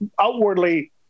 outwardly